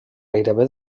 gairebé